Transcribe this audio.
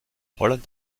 holland